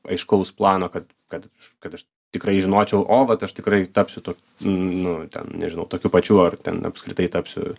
aiškaus plano kad kad kad aš tikrai žinočiau o vat aš tikrai tapsiu tok nu ten nežinau tokiu pačiu ar ten apskritai tapsiu